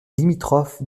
limitrophe